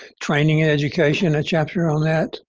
training and education, a chapter on that.